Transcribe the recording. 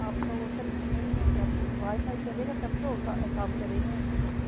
آپ کا ہوٹل میں رہی ہوں تو اب وائی فائی چلے گا تب تو کام کریں گے